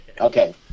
Okay